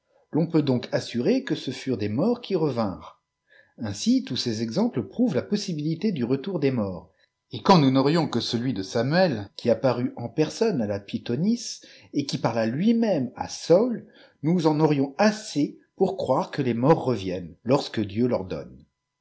l'on peut donc assurer que ce furent des morts qui revinrent ainsi tous ces exemples prouvent la possibilité du retour des morts et quand nous n'aurions que celui de samuel qui apparut en personne à la pythonisse et qui parla lui-même à saûl nous en aurions assez pour croire que les morts reviennent lorsque dieu l'ordonne